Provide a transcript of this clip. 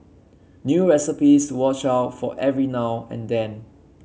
new recipes watch out for every now and then